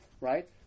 right